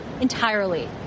entirely